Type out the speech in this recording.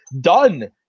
done